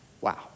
Wow